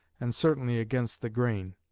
and certainly against the grain.